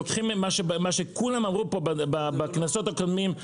לוקחים מה שכולם אמרו פה בכנסות הקודמות,